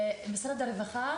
אתם מבינים שכל אימא,